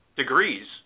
degrees